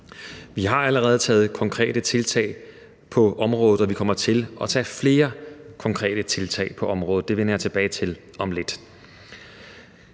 Vi har allerede taget konkrete tiltag på området, og vi kommer til at tage flere konkrete tiltag på området. Det vender jeg tilbage til om lidt.